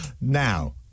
now